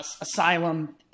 asylum